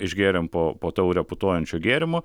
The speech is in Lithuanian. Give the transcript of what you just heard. išgėrėm po po taurę putojančio gėrimo